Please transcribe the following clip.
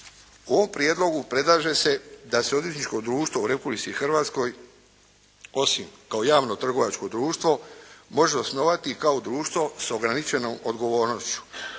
U ovom prijedlogu predlaže se da se odvjetničko društvo u Republici Hrvatskoj osim kao javno trgovačko društvo može osnovati kao društvo s ograničenom odgovornošću